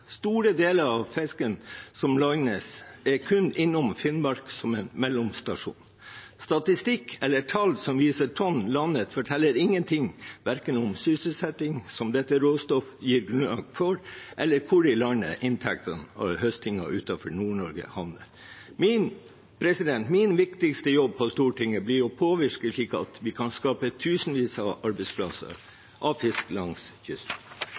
Store deler av fisken som landes, er kun innom Finnmark som en mellomstasjon. Statistikk eller tall som viser antall tonn landet, forteller ingenting om verken sysselsetting, som dette råstoffet gir grunnlag for, eller hvor i landet inntektene av høstingen utenfor Nord-Norge havner. Min viktigste jobb på Stortinget blir å påvirke, slik at vi kan skape tusenvis av arbeidsplasser av fisk langs